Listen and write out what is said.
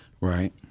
Right